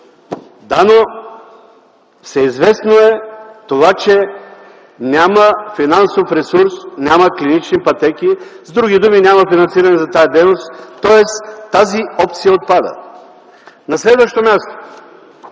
Да, но всеизвестно е това, че няма финансов ресурс, няма клинични пътеки, с други думи няма финансиране на тази дейност, тоест тази опция отпада. На следващо място,